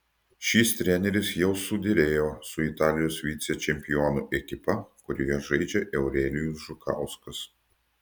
šis treneris jau suderėjo su italijos vicečempionų ekipa kurioje žaidžia eurelijus žukauskas